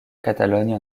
catalogne